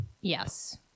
Yes